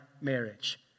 marriage